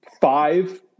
five